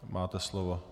Máte slovo.